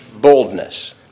boldness